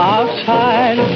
Outside